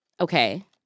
Okay